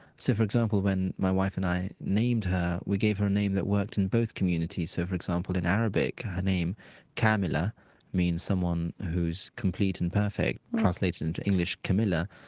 so, for example, when my wife and i named her, we gave her a name that worked in both communities. so for example, in arabic, her name camilla means someone who's complete and perfect. translated into english, camilla,